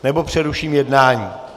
Nebo přeruším jednání!